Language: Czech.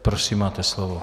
Prosím, máte slovo.